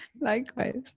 likewise